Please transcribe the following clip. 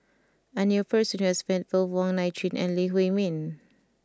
I knew a person who has met both Wong Nai Chin and Lee Huei Min